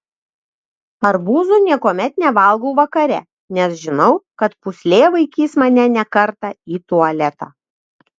arbūzų niekuomet nevalgau vakare nes žinau kad pūslė vaikys mane ne kartą į tualetą